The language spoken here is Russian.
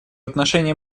отношении